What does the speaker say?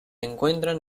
encuentran